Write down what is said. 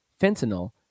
fentanyl